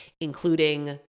including